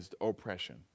oppression